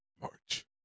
March